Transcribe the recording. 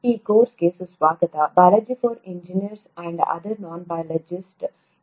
ಈ ಕೋರ್ಸ್ಗೆ ಸುಸ್ವಾಗತ " biology for engineers and other non biologist"